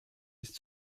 ist